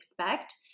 expect